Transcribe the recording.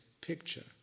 picture